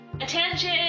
attention